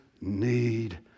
need